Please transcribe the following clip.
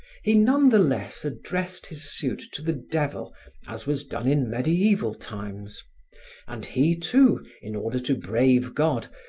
he none the less addressed his suit to the devil as was done in medieval times and he, too, in order to brave god,